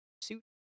suit